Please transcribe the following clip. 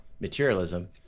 materialism